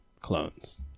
clones